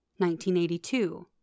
1982